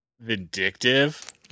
vindictive